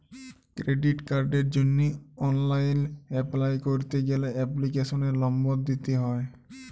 credit কার্ডের জন্হে online apply ক্যরতে গ্যালে এপ্লিকেশনের লম্বর দিত্যে হ্যয়